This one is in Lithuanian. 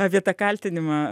apie tą kaltinimą